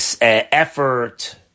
effort